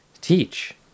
teach